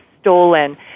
stolen